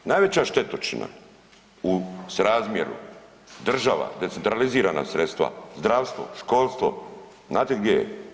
Najveća štetočina u srazmjeru država, decentralizirana sredstva, zdravstvo, školstvo, znate gdje je?